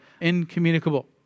incommunicable